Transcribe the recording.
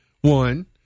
One